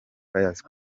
pius